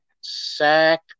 sack